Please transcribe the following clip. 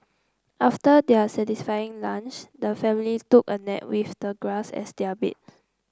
after their satisfying lunch the family took a nap with the grass as their bed